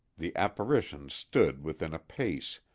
the apparition stood within a pace,